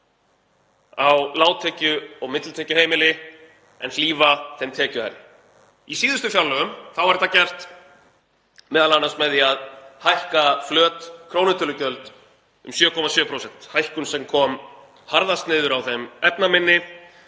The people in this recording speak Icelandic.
á lágtekju- og millitekjuheimili en hlífa þeim tekjuhærri. Í síðustu fjárlögum var þetta gert m.a. með því að hækka flöt krónutölugjöld, um 7,7%, hækkun sem kom harðast niður á þeim efnaminni